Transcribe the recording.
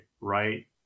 right